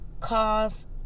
Cause